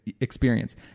experience